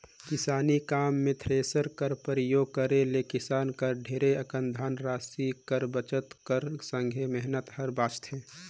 किसानी काम मे थेरेसर कर परियोग करे ले किसान कर ढेरे अकन धन रासि कर बचत कर संघे मेहनत हर बाचथे